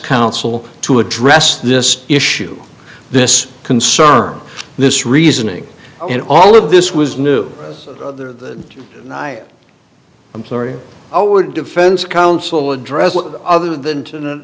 counsel to address this issue this concerns this reasoning and all of this was new the i'm sorry i would defense counsel address what other than to